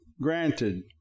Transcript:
Granted